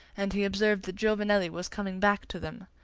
and he observed that giovanelli was coming back to them.